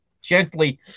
gently